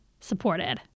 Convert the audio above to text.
supported